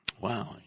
Wow